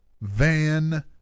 Van